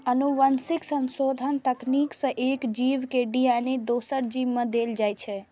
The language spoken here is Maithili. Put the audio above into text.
आनुवंशिक संशोधन तकनीक सं एक जीव के डी.एन.ए दोसर जीव मे देल जाइ छै